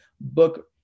book